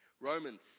Romans